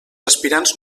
aspirants